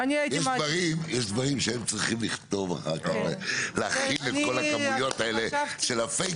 שהם צריכים לכתוב אחר כך ולהכיל את כל הכמויות האלה של ה-fake